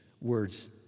words